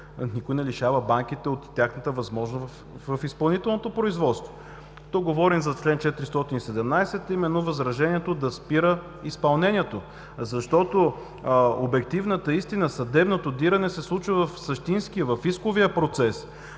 никой не лишава банките от тяхната възможност в изпълнителното производство. Тук говорим за чл. 417 – именно възражението да спира изпълнението, защото обективната истина, съдебното дирене се случва същински в исковия процес.